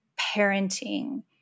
parenting